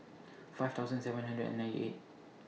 five thousand seven hundred and ninety eight